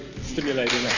stimulating